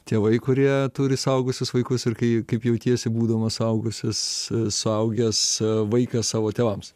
tėvai kurie turi suaugusius vaikus ir kai kaip jautiesi būdamas suaugusis suaugęs vaikas savo tėvams